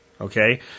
Okay